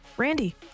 Randy